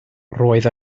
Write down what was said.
roedd